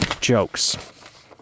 jokes